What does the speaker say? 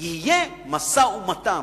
יהיה משא-ומתן.